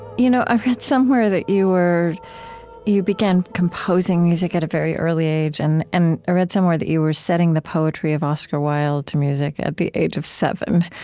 you know i read somewhere that you were you began composing music at a very early age. and i and read somewhere that you were setting the poetry of oscar wilde to music at the age of seven.